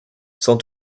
sans